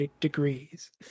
Degrees